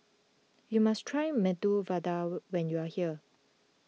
you must try Medu Vada when you are here